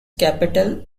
capital